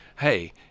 hey